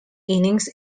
innings